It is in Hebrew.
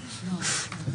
כאן.